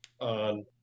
on